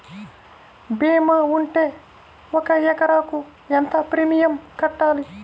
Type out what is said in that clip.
భీమా ఉంటే ఒక ఎకరాకు ఎంత ప్రీమియం కట్టాలి?